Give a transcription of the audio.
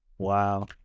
Wow